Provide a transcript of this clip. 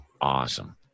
awesome